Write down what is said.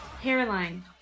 Hairline